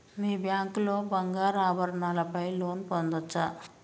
మీ bank లో బంగారు ఆభరణాల పై లోన్ పొందచ్చా?